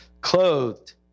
clothed